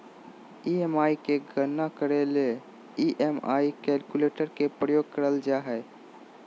EMI के गणना करे ले ई.एम.आई कैलकुलेटर के प्रयोग करल जा हय